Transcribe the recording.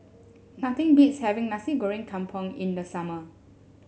nothing beats having Nasi Goreng Kampung in the summer